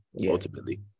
ultimately